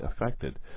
affected